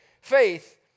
faith